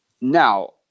Now